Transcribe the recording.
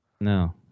No